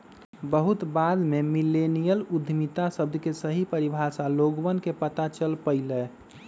बहुत बाद में मिल्लेनियल उद्यमिता शब्द के सही परिभाषा लोगवन के पता चल पईलय